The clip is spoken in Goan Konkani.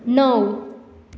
णव